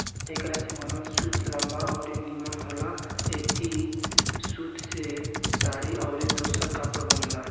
एकरा से बनल सूत लंबा अउरी निमन होला ऐही सूत से साड़ी अउरी दोसर कपड़ा बनेला